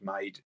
made